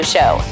Show